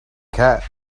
cat